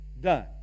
done